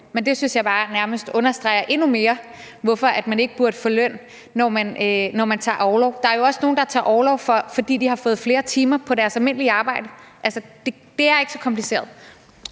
men det synes jeg nærmest bare understreger endnu mere, hvorfor man ikke burde få løn, når man tager orlov. Der er jo også nogle, der tager orlov, fordi de har fået flere timer på deres almindelige arbejde. Altså, det er ikke så kompliceret.